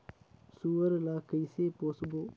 सुअर ला कइसे पोसबो?